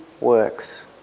works